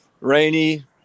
rainy